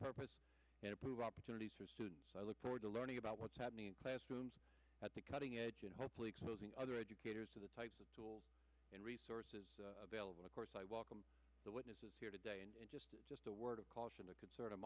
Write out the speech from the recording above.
purpose and improve opportunities for students i look forward to learning about what's happening in classrooms at the cutting edge hopefully exposing other educators of the types of tools and resources available of course i welcome the witnesses here today and just just a word of caution a concern of